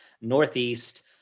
Northeast